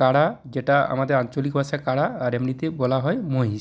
কারা যেটা আমাদের আঞ্চলিক ভাষায় কারা আর এমনিতে বলা হয় মহিষ